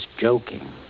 joking